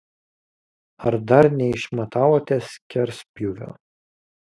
ar dar neišmatavote skerspjūvio